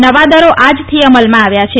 નવા દરો આજથી અમલમાં આવ્યા છે